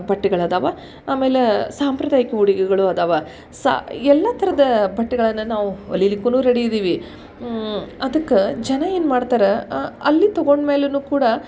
ಬಟ್ಟಿಗಳು ಅದಾವೆ ಆಮೇಲೆ ಸಾಂಪ್ರದಾಯಿಕ ಉಡುಗೆಗಳು ಅದಾವೆ ಸಾ ಎಲ್ಲ ಥರದ ಬಟ್ಟೆಗಳನ್ನು ನಾವು ಹೊಲೀಲಿಕ್ಕೂನು ರೆಡಿ ಇದೀವಿ ಅದಕ್ಕೆ ಜನ ಏನು ಮಾಡ್ತಾರೆ ಅಲ್ಲಿ ತಗೊಂಡ ಮೇಲೂ ಕೂಡ